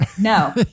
no